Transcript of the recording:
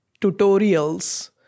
tutorials